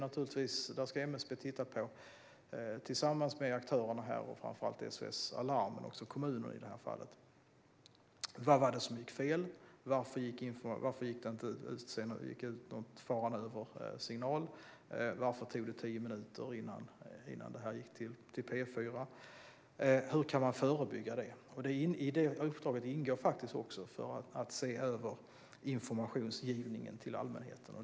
MSB ska tillsammans med aktörerna, framför allt SOS Alarm men också kommuner i det här fallet, undersöka vad som gick fel, varför det inte gick ut någon faran-över-signal, varför det tog tio minuter innan P4 fick veta och hur man kan förebygga det. I uppdraget ingår också att se över informationsgivningen till allmänheten.